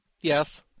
Yes